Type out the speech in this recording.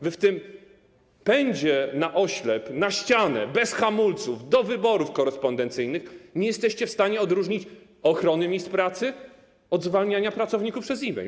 Wy w tym pędzie na oślep, na ścianę, bez hamulców do wyborów korespondencyjnych nie jesteście w stanie odróżnić ochrony miejsc pracy od zwalniania pracowników przez e-mail.